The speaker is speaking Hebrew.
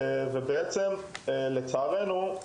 למרות כל זה, לצערנו,